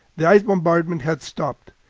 the ice bombardment has stopped.